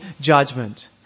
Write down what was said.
judgment